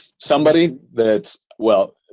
somebody that's, well,